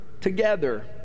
together